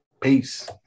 Peace